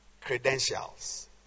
credentials